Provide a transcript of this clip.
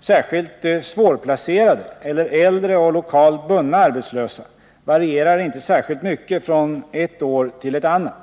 särskilt svårplacerade eller äldre och lokalt bundna arbetslösa, varierar inte särskilt mycket från ett år till ett annat.